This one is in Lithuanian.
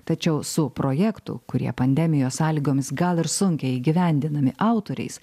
tačiau su projektų kurie pandemijos sąlygomis gal ir sunkiai įgyvendinami autoriais